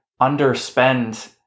underspend